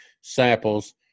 samples